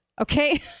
okay